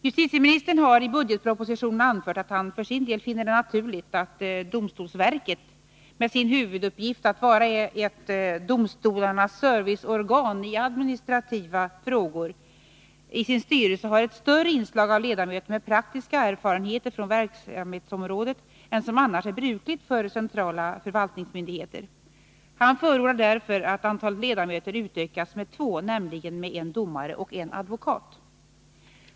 Justitieministern har i budgetpropositionen anfört att han för sin del finner det naturligt att domstolsverket — med sin huvuduppgift att vara ett serviceorgan i administrativa frågor — i sin styrelse har ett större inslag av ledamöter med praktiska erfarenheter från verksamhetsområdet än som annars är brukligt för centrala förvaltningsmyndigheter. Han förordar därför att antalet ledamöter utökas med två, nämligen med en domare och en advokat.